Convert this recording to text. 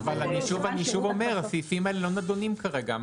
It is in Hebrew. אני שוב אומר, הסעיפים האלה לא נדונים כרגע.